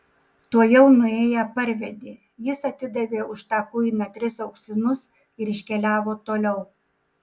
tuojau nuėję parvedė jis atidavė už tą kuiną tris auksinus ir iškeliavo toliau